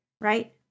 right